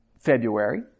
February